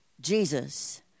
Jesus